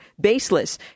baseless